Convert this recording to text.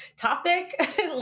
topic